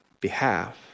behalf